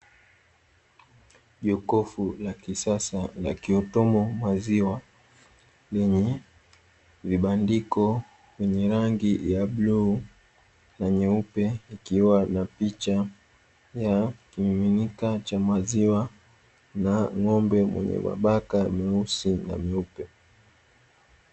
Jokofu la kisasa la kiauotomo maziwa lenye vibandiko vyenye rangi ya bluu na nyeupe, ikiwa na picha ya kimiminika cha maziwa na ng'ombe mwenye mabaka meusi na meupe.